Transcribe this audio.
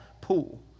pool